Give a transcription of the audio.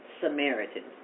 Samaritans